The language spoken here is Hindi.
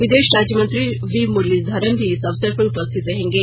विदेश राज्यमंत्री वी मुरलीधरण भी इस अवसर पर उपस्थित रहेंगे